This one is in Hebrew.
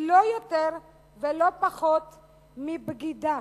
היא לא יותר ולא פחות מבגידה.